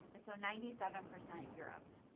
so ninety seven percent europe.